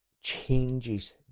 changes